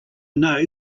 know